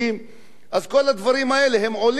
אז כל הדברים האלה עולים למדינה.